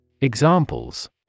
Examples